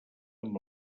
amb